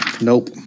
Nope